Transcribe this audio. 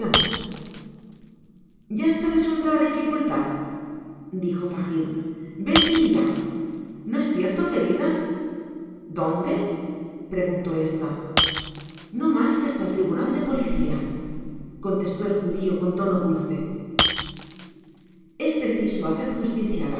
ya está resuelta la dificultad dijo fagin beity irá no es cierto querida dónde preguntó esta no mas que hasta el tribunal de policia contestó el judio con tono dulce es preciso hacer justicia